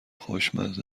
خوشمزه